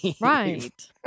right